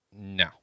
No